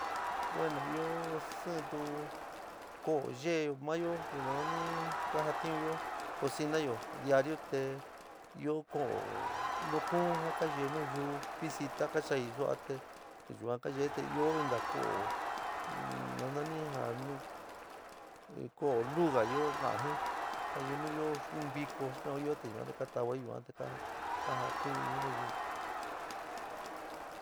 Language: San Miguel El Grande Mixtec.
Bueno, io síítu koo yee mayo jo nani kajotionyo cocina yo diario te io koo no kuu ja yee nayuu visila kanchii sua te yua kayeei, te io inka koo nanoni ia koo luuga io kakaa jii ja nuu io viko xii noun io te yua katavai yuate kajation jii nayuu.